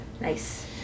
Nice